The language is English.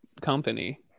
company